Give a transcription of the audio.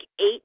eight